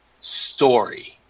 story